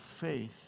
faith